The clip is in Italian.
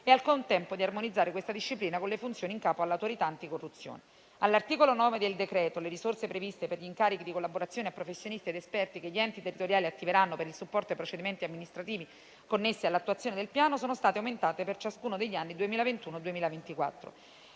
e, al contempo, di armonizzare questa disciplina con le funzioni in capo all'autorità anticorruzione. All'articolo 9 del decreto-legge le risorse previste per gli incarichi di collaborazione a professionisti ed esperti che gli enti territoriali attiveranno per il supporto ai procedimenti amministrativi connessi all'attuazione del Piano sono state aumentate per ciascuno degli anni 2021-2024.